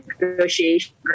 negotiation